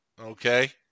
okay